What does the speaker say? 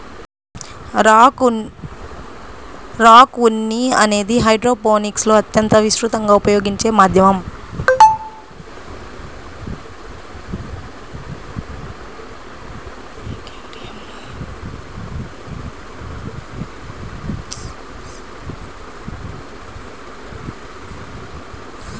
rock ఉన్ని అనేది హైడ్రోపోనిక్స్లో అత్యంత విస్తృతంగా ఉపయోగించే మాధ్యమం